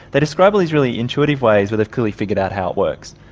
they describe all these really intuitive ways where they've clearly figured out how it works.